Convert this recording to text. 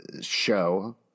show